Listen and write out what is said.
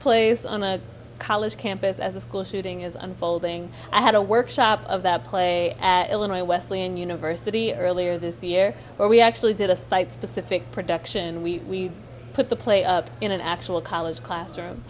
place on a college campus as a school shooting is unfolding i had a workshop of the play illinois wesley and university earlier this year where we actually did a site specific production we put the player in an actual college classroom